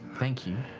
thank you.